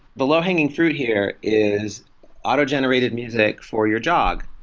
the low hanging fruit here is auto-generated music for your jog.